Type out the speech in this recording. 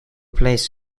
plays